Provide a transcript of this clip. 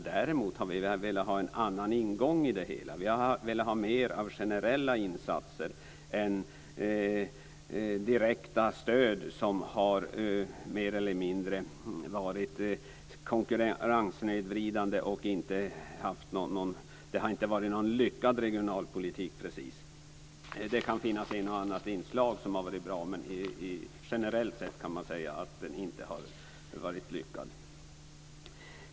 Däremot har vi velat ha en annan ingång i det hela. Vi har velat ha mer av generella insatser än direkta stöd som mer eller mindre har varit konkurrenssnedvridande. Det har inte precis varit någon lyckad regionalpolitik. Det kan finnas ett och annat inslag som har varit bra. Men generellt sett har den inte varit lyckad.